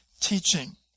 teaching